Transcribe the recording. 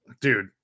dude